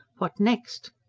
what next?